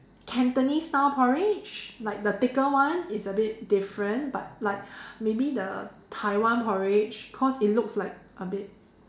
Cantonese style porridge like the thicker one it's a bit different but like maybe the Taiwan porridge cause it looks like a bit